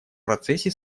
процессе